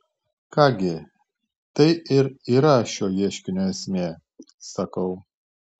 ką gi tai ir yra šio ieškinio esmė sakau